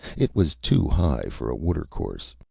it was too high for a watercourse.